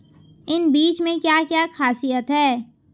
इन बीज में क्या क्या ख़ासियत है?